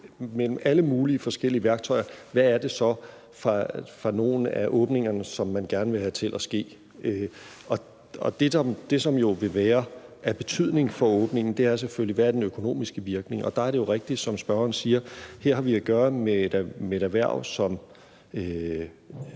mellem alle mulige forskellige værktøjer, i forhold til hvad det så er for nogle åbninger, som man gerne vil have til at ske. Og det, som jo vil være af betydning for åbningen, er selvfølgelig, hvad den økonomiske virkning er. Der er det jo rigtigt, som spørgeren siger, at vi her har at gøre med et erhverv, som